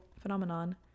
phenomenon